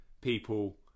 people